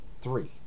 Three